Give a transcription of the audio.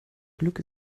glück